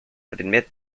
предмет